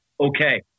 Okay